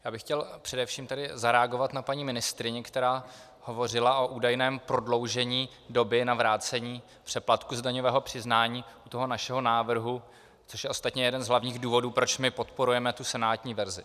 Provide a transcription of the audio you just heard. Já bych chtěl především zareagovat na paní ministryni, která hovořila o údajném prodloužení doby na vrácení přeplatku z daňového přiznání u toho našeho návrhu, což je ostatně jeden z hlavních důvodů, proč my podporujeme senátní verzi.